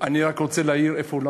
אני רק רוצה להעיר, איפה הוא?